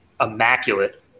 immaculate